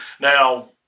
now